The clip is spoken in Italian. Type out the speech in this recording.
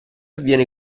viene